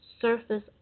surface